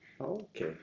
Okay